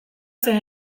zein